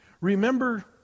Remember